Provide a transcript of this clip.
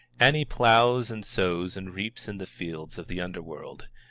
ani ploughs and sows and reaps in the fields of the underworld.